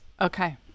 Okay